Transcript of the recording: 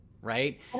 right